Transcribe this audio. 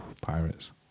Pirates